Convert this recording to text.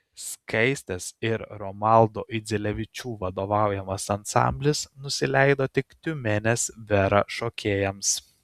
skaistės ir romaldo idzelevičių vadovaujamas ansamblis nusileido tik tiumenės vera šokėjams